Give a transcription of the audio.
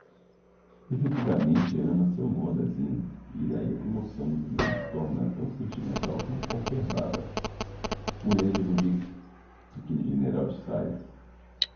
effectivamente ama a seu modo a zina e d'ahi a commoção do triumpho torna a tão sentimental como qualquer baba áquelle general de saias